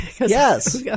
yes